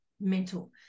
mental